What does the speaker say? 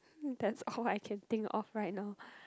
hmm that's all I can think of right now